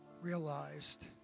realized